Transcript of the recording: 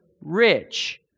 rich